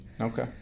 Okay